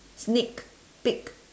sneak peek